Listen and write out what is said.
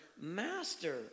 master